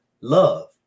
love